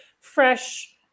fresh